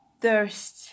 thirst